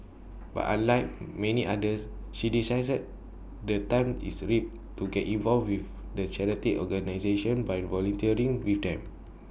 but unlike many others she decided the time is A ripe to get involved with the charity organisation by volunteering with them